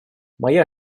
моя